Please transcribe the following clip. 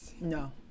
no